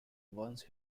once